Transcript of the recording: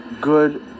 good